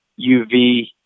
UV